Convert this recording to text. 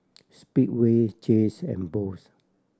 Speedway Jays and Boost